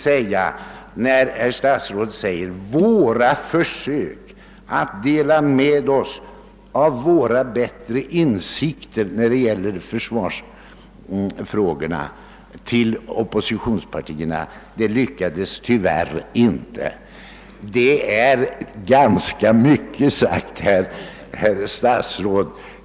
Herr statsrådet säger att »våra försök att dela med oss av våra bättre insikter när det gäller försvarsfrågan till oppositionspartierna tyvärr inte lyckades». Det är ganska förmätet sagt, herr statsråd!